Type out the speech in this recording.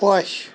خۄش